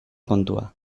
kontua